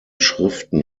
schriften